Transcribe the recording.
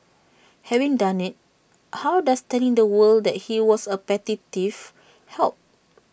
having done IT how does telling the world that he was A petty thief help